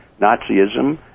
Nazism